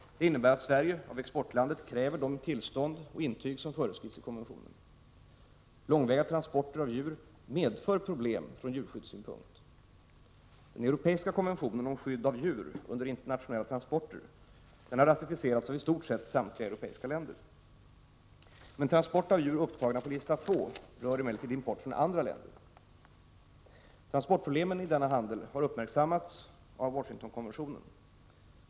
Det innebär att Sverige av exportlandet kräver de tillstånd och intyg som föreskrivs i konventionen. Långväga transporter av djur medför problem från djurskyddssynpunkt. Den europeiska konventionen om skydd av djur under internationella transporter har ratificerats av i stort sett samtliga europeiska länder. Transport av djur upptagna på lista 2 rör emellertid import från andra länder. Transportproblemen i denna handel har uppmärksammats av Washingtonkonventionen.